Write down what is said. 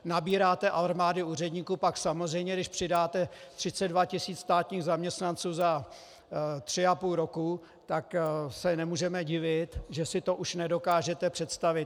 Nabíráte armády úředníků, pak samozřejmě když přidáte 32 tisíc státních zaměstnanců za tři a půl roku, tak se nemůžeme divit, že si to už nedokážete představit.